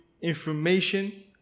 information